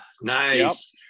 Nice